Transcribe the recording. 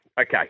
okay